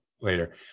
later